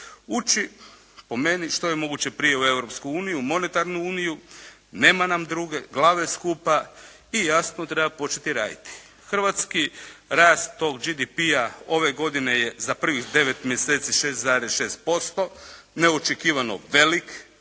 Uči po meni što je moguće prije u Europsku uniju, monetarnu uniju. Nema nam druge, glave skupa i jasno, treba početi raditi. Hrvatski rast tog GDP-a ove godine je za prvih 9 mjeseci 6,6%. Neočekivano velik.